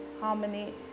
harmony